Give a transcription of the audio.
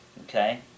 Okay